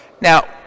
Now